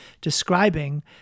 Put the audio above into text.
describing